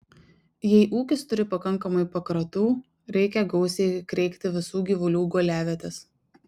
jei ūkis turi pakankamai pakratų reikia gausiai kreikti visų gyvulių guoliavietes